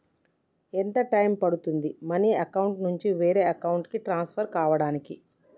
ఎంత టైం పడుతుంది money account నుంచి వేరే అకౌంట్ కి ట్రాన్స్ఫర్ కావటానికి?